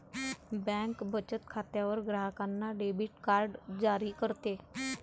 bank बचत खात्यावर ग्राहकांना डेबिट कार्ड जारी करते